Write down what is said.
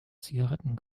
zigaretten